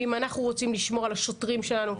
ואם אנחנו רוצים לשמור על השוטרים שלנו,